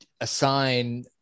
assign